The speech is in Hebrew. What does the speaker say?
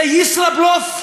זה ישראבלוף?